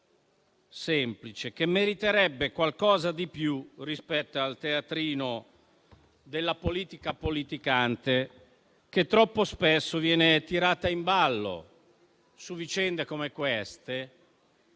semplice, che meriterebbe qualcosa di più rispetto al teatrino della politica politicante, che troppo spesso viene tirata in ballo su vicende come queste